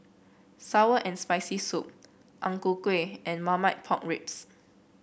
sour and Spicy Soup Ang Ku Kueh and Marmite Pork Ribs